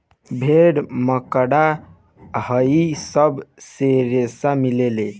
भेड़, मकड़ा इहो सब से रेसा मिलेला